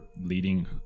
leading